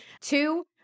Two